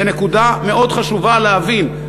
זו נקודה שמאוד חשוב להבין.